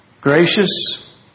gracious